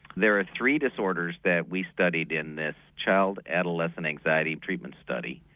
there are three disorders that we studied in this child adolescent anxiety treatment study.